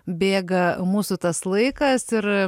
bėga mūsų tas laikas ir